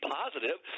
positive